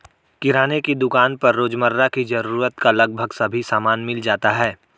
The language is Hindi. किराने की दुकान पर रोजमर्रा की जरूरत का लगभग सभी सामान मिल जाता है